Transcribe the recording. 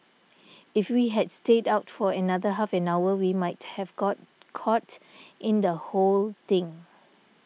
if we had stayed out for another half an hour we might have got caught in the whole thing